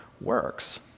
works